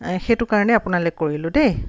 সেইটো কাৰণে আপোনালৈ কৰিলোঁ দেই